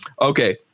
okay